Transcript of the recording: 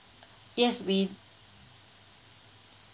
yes we